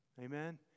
Amen